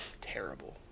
terrible